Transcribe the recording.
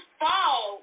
fall